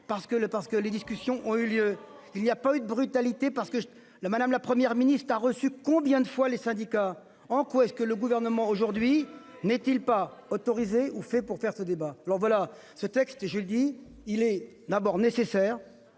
parce que les discussions ont eu lieu il y a pas eu de brutalité parce que le madame, la Première ministre a reçu combien de fois les syndicats. En quoi est-ce que le gouvernement aujourd'hui n'est-il pas autorisé ou fait pour faire ce débat, alors voilà. Ce texte, je le dis, il est d'abord nécessaire.